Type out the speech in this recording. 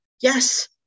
yes